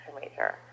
major